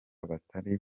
batari